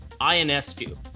Ionescu